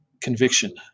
conviction